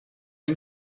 den